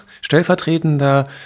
stellvertretender